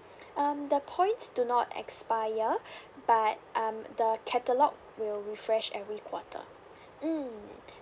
um the points do not expire but um the catalogue will refresh every quarter mm